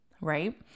right